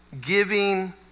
giving